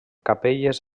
capelles